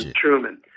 Truman